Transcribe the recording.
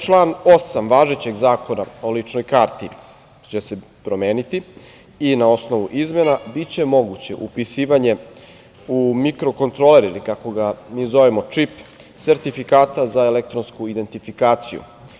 Član 8. važećeg Zakona o ličnoj karti će se promeniti i na osnovu izmena biće moguće upisivanje u mikro-kontroler ili, kako ga mi zovemo "čip" sertifikata za elektronsku identifikaciju.